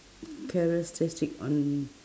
characteristic on